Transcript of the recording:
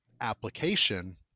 application